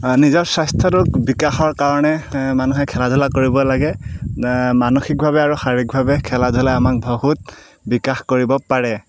নিজৰ স্বাস্থ্যটোক বিকাশৰ কাৰণে মানুহে খেলা ধূলা কৰিব লাগে মানসিকভাৱে আৰু শাৰীৰিকভাৱে খেলা ধূলাই আমাক বহুত বিকাশ কৰিব পাৰে